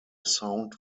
sound